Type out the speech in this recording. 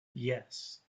yes